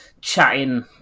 chatting